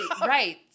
right